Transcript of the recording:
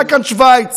היה כאן שווייץ.